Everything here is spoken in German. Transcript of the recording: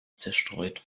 zerstreut